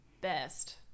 best